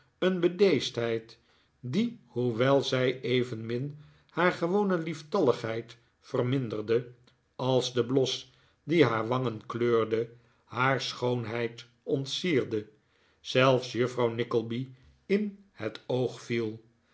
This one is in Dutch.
een bedeesdheid die hoewel zij evenmin haar gewone lieftalligheid verminderde als de bios die haar wangen kleurde haar schoonheid ontsierde zelfs juffrouw nickleby in het oog viel